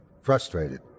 frustrated